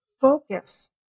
focus